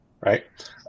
right